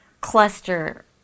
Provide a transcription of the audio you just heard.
cluster